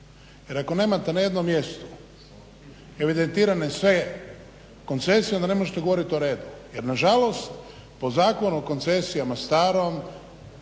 jer ako nemate na jednom mjestu evidentirane sve koncesije onda ne možete govorit o redu jer nažalost po Zakonu o koncesijama starom